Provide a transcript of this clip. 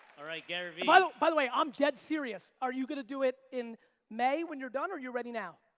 alright, gary vee. by the by the way, i'm dead serious, are you gonna do it in may when you're done or you ready now?